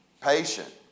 Patient